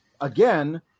again